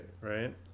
right